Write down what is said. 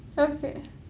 perfect